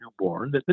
newborn